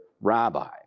rabbi